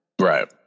right